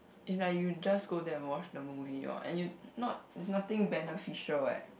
is like you just go there and watch the movie orh and you not is nothing beneficial eh